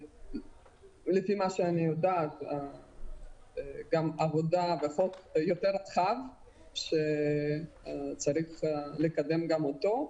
לפי מה שאני יודעת יש עוד עבודה על חוק יותר רחב שצריך לקדם גם אותו,